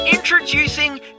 Introducing